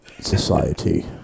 society